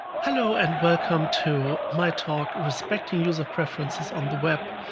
hello and welcome to my talk, respecting user preferences on the web,